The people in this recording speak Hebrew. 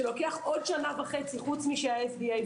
שלוקח עוד שנה וחצי חוץ מה-FDA.